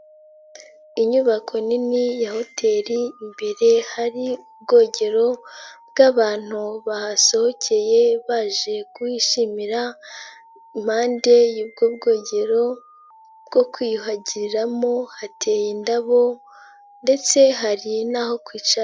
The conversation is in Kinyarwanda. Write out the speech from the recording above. Inyubako nini ya hotel, imbere hari ubwogero bw'abantu bahasohokeye baje kuhishimira, impande y'ubwo bwogero bwo kwiyuhagirariramo hateye indabo ndetse hari n'aho kwicara.